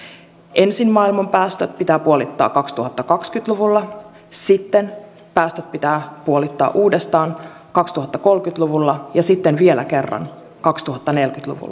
ensin maailman päästöt pitää puolittaa kaksituhattakaksikymmentä luvulla sitten päästöt pitää puolittaa uudestaan kaksituhattakolmekymmentä luvulla ja sitten vielä kerran kaksituhattaneljäkymmentä